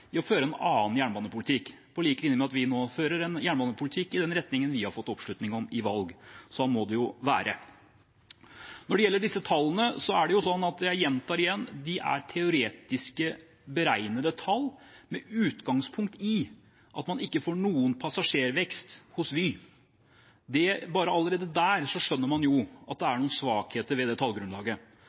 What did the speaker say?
å føre en annen jernbanepolitikk, på lik linje med at vi nå fører en jernbanepolitikk i den retningen vi har fått oppslutning om i valg. Slik må det jo være. Når det gjelder disse tallene, gjentar jeg at de er teoretisk beregnede tall, med utgangspunkt i at man ikke får noen passasjervekst hos Vy. Allerede der skjønner man at det er noen svakheter ved